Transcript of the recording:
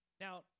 Now